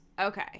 Okay